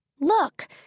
Look